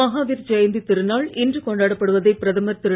மகாவீர் ஜெயந்தி திருநாள் இன்று கொண்டாடப்படுவதை பிரதமர் திரு